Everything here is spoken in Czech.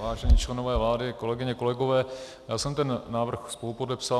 Vážení členové vlády, kolegyně, kolegové, já jsem ten návrh spolupodepsal.